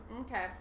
Okay